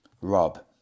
Rob